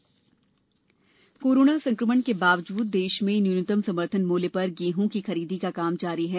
गेहूं खरीदी कोरोना संकमण के बावजूद देश में न्यूनतम समर्थन मूल्य पर गेहूं की खरीदी का काम जारी है